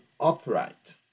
upright